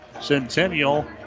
Centennial